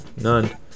none